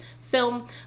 film